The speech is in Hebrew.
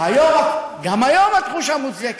גם היום התחושה מוצדקת.